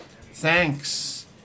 Thanks